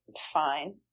fine